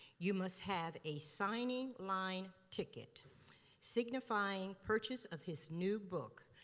you must have a signing line ticket signifying purchase of his new book,